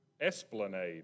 Esplanade